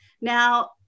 Now